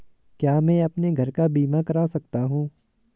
क्या मैं अपने घर का बीमा करा सकता हूँ?